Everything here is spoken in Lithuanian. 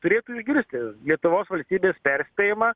turėtų išgirsti lietuvos valstybės perspėjimą